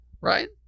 right